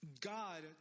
God